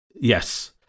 yes